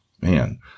man